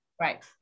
right